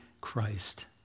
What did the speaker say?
Christ